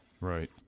Right